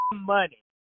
money